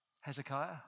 Hezekiah